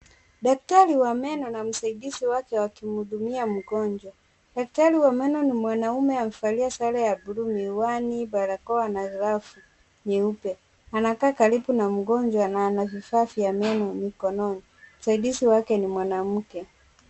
Daktari wa meno na msaidizi wake wakimuhudumia mgonjwa. Daktari wa meno ni mwanaume amevalia sare ya buluu miwani, barakoa na rafu nyeupe anakaa karibu na mgonjwa na ana kifaa vya meno mikononi. Msaidizi wake ni mwanamke.